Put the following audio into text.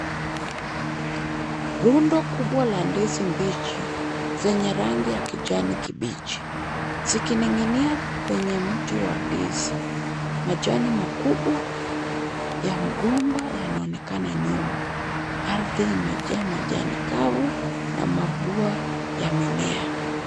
Rundo kubwa la ndizi mbichi, zenye rangi ya kijani kibichi, zikining'inia kwenye mti wa ndizi. Majani makubwa ya mgomba yanaonekana nyuma. Ardhi imejaa majani kavu na mabua yamemea.